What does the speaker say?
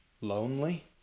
lonely